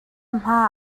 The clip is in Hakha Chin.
hma